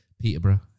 Peterborough